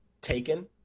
Taken